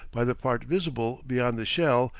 by the part visible beyond the shell,